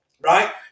right